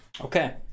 okay